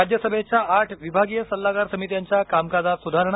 राज्यसभेच्या आठ विभागीय सल्लागार समित्यांच्या कामकाजात सुधारणा